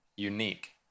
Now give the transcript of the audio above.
unique